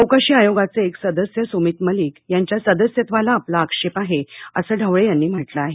चौकशी आयोगाचे एक सदस्य सुमीत मलिक यांच्या सदस्यत्वाला आपला आक्षेप आहे असं ढवळे यांनी म्हटलं आहे